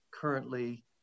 currently